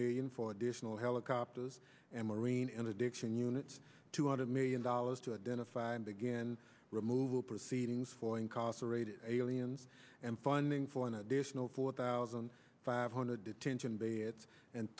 million for additional helicopters and marine addiction units two hundred million dollars to identify and again removal proceedings for incarcerated aliens and funding an additional four thousand five hundred detention beds and